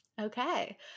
Okay